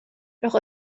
doch